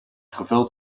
gevuld